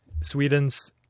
Sweden's